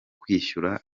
kwishyura